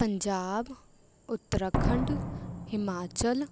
Punjab Uttarakhand Himachal